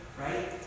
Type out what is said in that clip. right